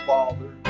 Father